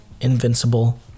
invincible